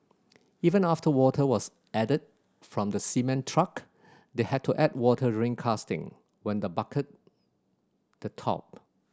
even after water was added from the cement truck they had to add water during casting when the bucket the top